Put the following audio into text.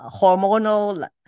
hormonal